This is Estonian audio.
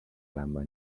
olema